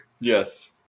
yes